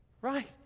Right